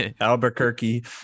Albuquerque